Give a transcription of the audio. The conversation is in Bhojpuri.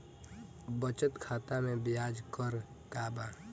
बचत खाता मे ब्याज दर का बा?